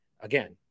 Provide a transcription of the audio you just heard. Again